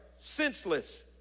senseless